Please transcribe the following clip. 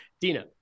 Dina